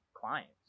clients